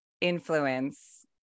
influence